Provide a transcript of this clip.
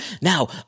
Now